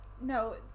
No